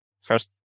first